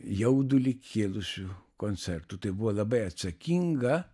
jaudulį kėlusių koncertų tai buvo labai atsakinga